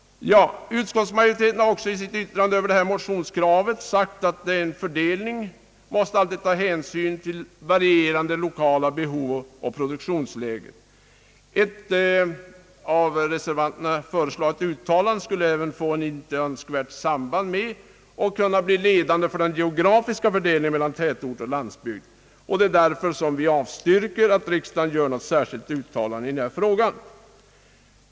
Utskottsmajoriteten har också i sitt yttrande över motionskravet sagt att en fördelning alltid måste ta hänsyn till varierande behov och produktionsläget. Ett av reservanterna föreslaget uttalande skulle även få ett inte önskvärt samband med och kunna bli ledande för den geografiska fördelningen mellan tätorter och landsbygd. Därför avstyrker vi att riksdagen gör ett särskilt uttalande i denna fråga.